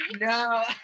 No